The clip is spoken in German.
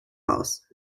aus